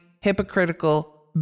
hypocritical